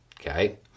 okay